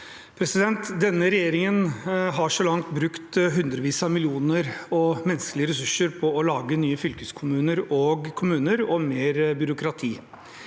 ny jobb. Denne regjeringen har så langt brukt hundrevis av millioner og menneskelige ressurser på å lage nye fylkeskommuner og kommuner og mer byråkrati.